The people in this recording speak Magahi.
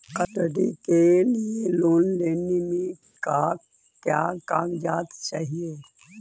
स्टडी के लिये लोन लेने मे का क्या कागजात चहोये?